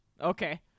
Okay